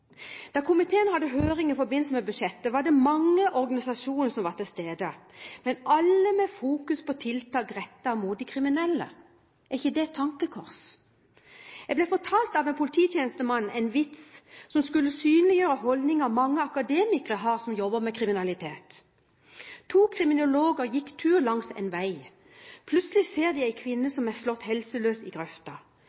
Da komiteen hadde høring i forbindelse med budsjettet, var det mange organisasjoner som var til stede, men alle med fokus på tiltak rettet mot de kriminelle. Er ikke det et tankekors? Jeg ble fortalt av en polititjenestemann en vits som skulle synliggjøre holdningen mange akademikere har som jobber med kriminalitet. To kriminologer gikk tur langs en vei. Plutselig ser de en kvinne